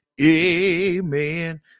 amen